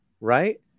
Right